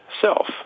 self